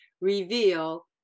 reveal